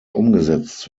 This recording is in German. umgesetzt